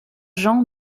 jean